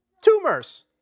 tumors